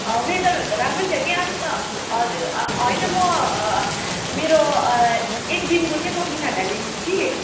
वेदरहरू त राम्रै छ कि अन्त हजुर होइन म मेरो एक दिनको चाहिँ म तिन हजार लिन्छु कि